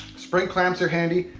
spring clamps are handy.